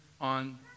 on